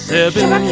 Seven